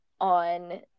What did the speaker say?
on